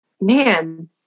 Man